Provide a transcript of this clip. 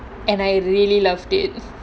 and I really loved it